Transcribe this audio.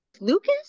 Lucas